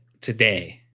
today